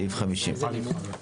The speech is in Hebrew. (ב)